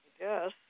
Yes